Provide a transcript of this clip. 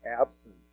absent